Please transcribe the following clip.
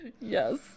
Yes